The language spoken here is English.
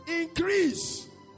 increase